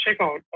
checkout